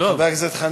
דב?